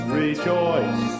rejoice